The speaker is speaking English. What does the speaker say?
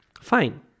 Fine